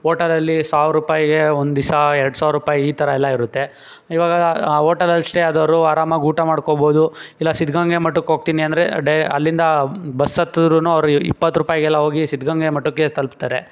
ಓಟಲಲ್ಲಿ ಸಾವಿರ ರೂಪಾಯಿಗೆ ಒಂದಿವ್ಸ ಎರಡು ಸಾವಿರ ರೂಪಾಯಿ ಈ ಥರ ಎಲ್ಲ ಇರುತ್ತೆ ಇವಾಗ ಆ ಓಟಲಲ್ಲಿ ಸ್ಟೇ ಆದವರು ಅರಾಮಾಗಿ ಊಟ ಮಾಡ್ಕೋಬೋದು ಇಲ್ಲ ಸಿದ್ಧಗಂಗೆ ಮಠಕ್ಕೆ ಹೋಗ್ತೀನಿ ಅಂದರೆ ಡೈ ಅಲ್ಲಿಂದ ಬಸ್ಸತ್ತುದ್ರು ಅವ್ರು ಇಪ್ಪತ್ತು ರೂಪಾಯಿಗೆಲ್ಲ ಹೋಗಿ ಸಿದ್ಧಗಂಗೆ ಮಠಕ್ಕೆ ತಲುಪ್ತಾರೆ